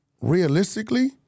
Realistically